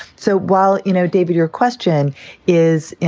so while you know, david, your question is, you